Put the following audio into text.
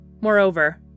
Moreover